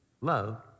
love